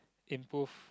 improve